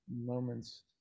moments